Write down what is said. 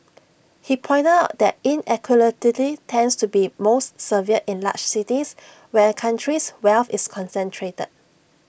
he pointed out that inequality tends to be most severe in large cities where A country's wealth is concentrated